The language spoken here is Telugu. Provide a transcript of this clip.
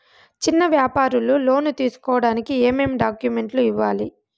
చిన్న వ్యాపారులు లోను తీసుకోడానికి ఏమేమి డాక్యుమెంట్లు ఇవ్వాలి?